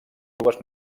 dues